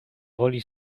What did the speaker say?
woli